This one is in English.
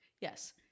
yes